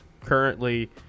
currently